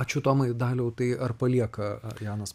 ačiū tomai daliau tai ar palieka janas